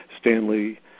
Stanley